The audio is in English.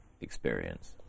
experience